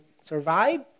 survive